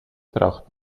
braucht